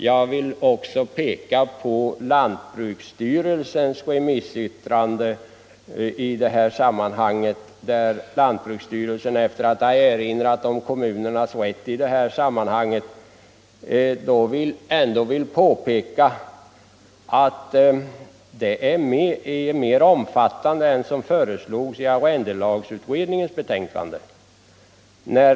Jag vill framhålla att den statliga lantbruksstyrelsen i sitt remissvar över motionerna har gjort följande uttalande: hänseende är mer omfattande än som föreslogs i arrendelagsutredningens betänkande.